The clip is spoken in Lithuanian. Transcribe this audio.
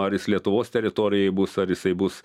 ar jis lietuvos teritorijoj bus ar jisai bus